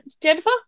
Jennifer